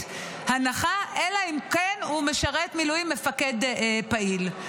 הנחה אלא אם כן הוא משרת במילואים כמפקד פעיל,